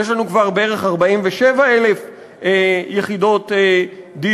יש לנו כבר בערך 47,000 יחידות דיור.